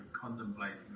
contemplating